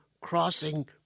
crossing